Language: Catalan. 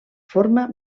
forma